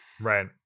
Right